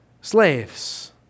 slaves